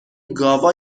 گاوا